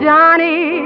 Johnny